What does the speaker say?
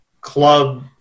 club